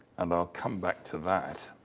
and i'll come back to that.